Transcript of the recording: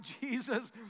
Jesus